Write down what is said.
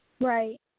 right